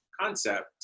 concept